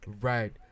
Right